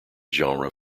genre